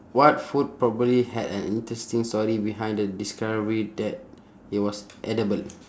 what food probably had an interesting story behind the discovery that it was edible